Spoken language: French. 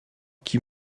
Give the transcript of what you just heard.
qui